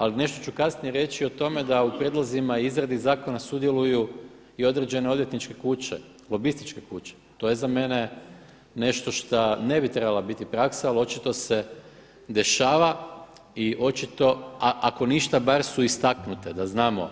Ali nešto ću kasnije reći o tome da u prijedlozima i izradi zakona sudjeluju i određene odvjetničke kuće, lobističke kuće, to je za mene nešto šta ne bi trebala biti praksa ali očito se dešava i očito, a ako ništa bar su istaknute, da znamo